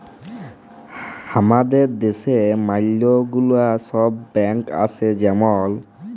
হামাদের দ্যাশে ম্যালা গুলা সব ব্যাঙ্ক আসে যেমল